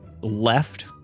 left